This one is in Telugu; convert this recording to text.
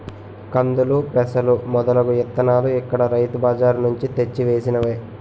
కందులు, పెసలు మొదలగు ఇత్తనాలు ఇక్కడ రైతు బజార్ నుంచి తెచ్చి వేసినవే